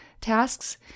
tasks